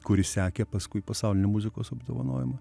kuris sekė paskui pasaulinį muzikos apdovanojimą